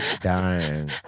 dying